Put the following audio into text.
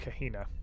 Kahina